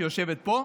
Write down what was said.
שיושבת פה.